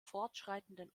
fortschreitenden